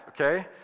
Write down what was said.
okay